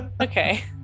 Okay